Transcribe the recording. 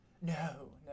no